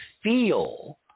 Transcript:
feel